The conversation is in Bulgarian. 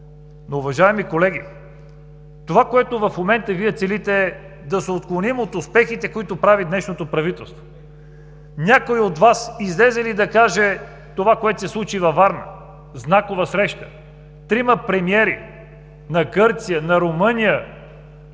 Но, уважаеми колеги, това, което в момента Вие целите, е да се отклоним от успехите, които прави днешното правителство. Някой от Вас излезе ли да каже това, което се случи във Варна? Знакова среща! Трима премиери – на Гърция, на Румъния,